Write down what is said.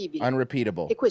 Unrepeatable